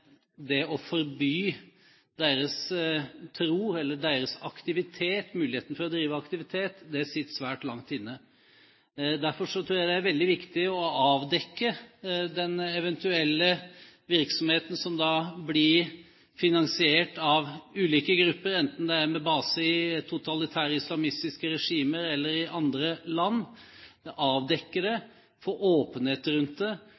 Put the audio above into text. det å forby deres tro eller deres mulighet til å drive aktivitet sitter svært langt inne. Derfor tror jeg det er veldig viktig å avdekke den eventuelle virksomheten som blir finansiert av ulike grupper, enten det er med base i totalitære islamistiske regimer eller i andre land – avdekke det, få åpenhet rundt det,